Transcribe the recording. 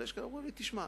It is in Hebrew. אבל יש שאומרים לי: תשמע,